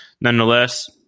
nonetheless